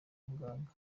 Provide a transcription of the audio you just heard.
muganga